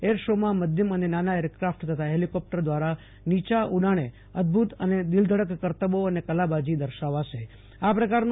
air શોમાં મધ્યમ અને નાના એરક્રાફટ તથા હેલીકોપ્ટર દ્વારા નીયા ઉડાણે અદભૂત અને દિલધડક કરતબો અને કલાબાજી દર્શાવા શે